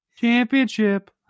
Championship